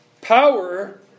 Power